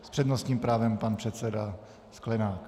S přednostním právem pan předseda Sklenák.